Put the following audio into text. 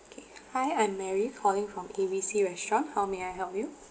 okay hi I'm marry calling from A B C restaurant how may I help you